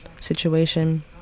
situation